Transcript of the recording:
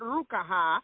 Rukaha